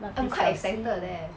蜡笔小新